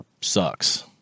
sucks